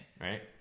Right